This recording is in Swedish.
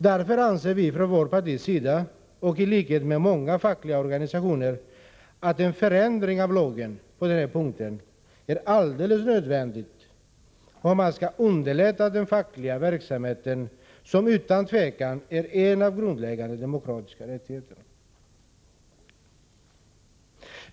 Därför anser vi från vårt partis sida, i likhet med många fackliga organisationer, att en förändring av lagen på den punkten är alldeles nödvändig, om man vill underlätta den fackliga verksamheten, som utan tvivel är en grundläggande demokratisk rättighet.